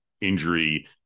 injury